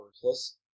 plus